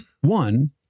one